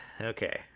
Okay